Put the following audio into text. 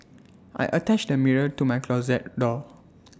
I attached A mirror to my closet door